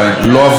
לא עברה.